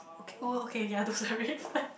okay oh okay ya there's a red flag